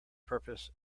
purpose